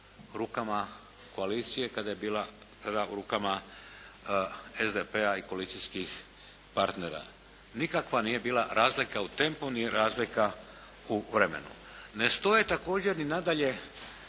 rukama koalicije, kada je bila prvo u rukama SDP-a i koalicijskih partnera. Nikakva nije bila razlika u tempu ni razlika u vremenu. Ne stoje također i nadalje